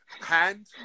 hand